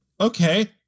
Okay